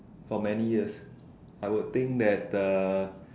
for many years I would think that